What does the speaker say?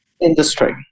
industry